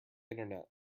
internet